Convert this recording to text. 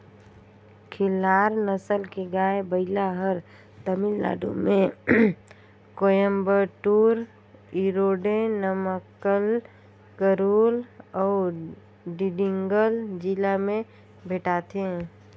खिल्लार नसल के गाय, बइला हर तमिलनाडु में कोयम्बटूर, इरोडे, नमक्कल, करूल अउ डिंडिगल जिला में भेंटाथे